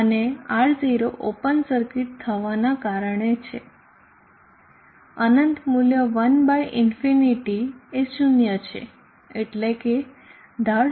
આ R 0 open circuit થવા નાં કારણે છે અનંત મૂલ્ય 1∞ એ 0 છે એટલે કે ઢાળ 0 છે Δi 0 છે